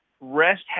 rest